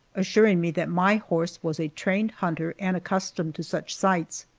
assuring me that my horse was a trained hunter and accustomed to such sights.